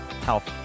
health